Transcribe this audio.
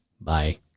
Bye